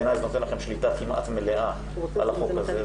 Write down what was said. בעיניי זה נותן לכם שליטה כמעט מלאה על החוק הזה,